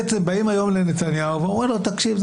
בעצם באים היום לנתניהו ואומרים לו: תקשיב,